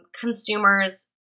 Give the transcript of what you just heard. consumers